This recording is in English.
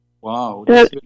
Wow